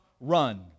run